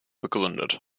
begründet